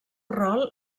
rol